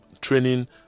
training